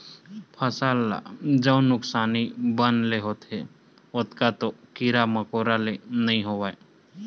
फसल ल जउन नुकसानी बन ले होथे ओतका तो कीरा मकोरा ले नइ होवय